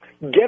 get